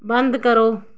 बंद करो